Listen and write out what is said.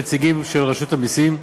נציגים של רשות המסים,